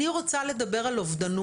בן אדם פשוט מבוגר לא יכול להתמודד,